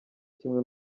kimwe